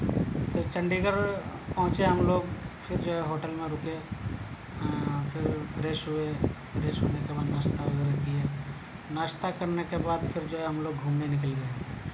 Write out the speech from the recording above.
تو چنڈی گڑھ پہنچے ہم لوگ پھر جو ہے ہوٹل میں رکے پھر فریش ہوئے فریش ہونے کے بعد ناشتہ وغیرہ کیے ناشتہ کرنے کے بعد پھر جو ہے ہم لوگ گھومنے نکل گئے